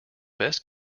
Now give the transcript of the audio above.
best